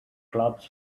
clubs